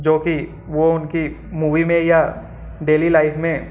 जो कि वो उनकी मूवी में या डेली लाइफ़ में